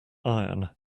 iron